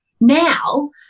Now